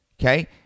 okay